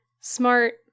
smart